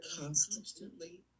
constantly